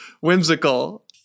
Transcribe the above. whimsical